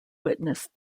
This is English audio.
witnessed